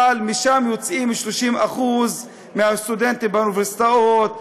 אבל משם יוצאים 30% מהסטודנטים באוניברסיטאות,